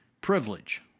privilege